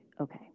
okay